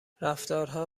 رفتارها